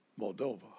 Moldova